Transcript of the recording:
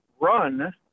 run